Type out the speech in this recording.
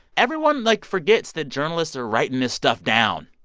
everyone, like, forgets that journalists are writing this stuff down.